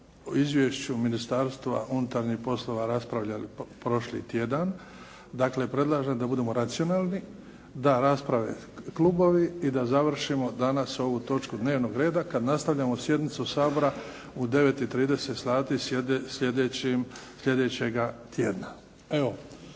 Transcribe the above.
izvješću Ministarstva unutarnjih poslova raspravljali prošli tjedan. Dakle predlažem da budemo racionalni. Da rasprave klubovi i da završimo danas ovu točku dnevnog reda kad nastavljamo sjednicu Sabora u 9 i 30 sati